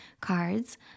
cards